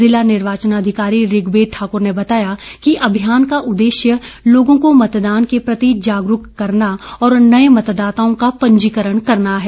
ज़िला निर्वाचन अधिकारी ऋग्वेद ठाकुर ने बताया कि अभियान का उद्देश्य लोगों को मतदान के प्रति जागरूक करना और नए मतदाताओं का पंजीकरण करना है